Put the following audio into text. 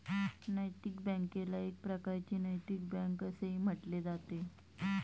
नैतिक बँकेला एक प्रकारची नैतिक बँक असेही म्हटले जाते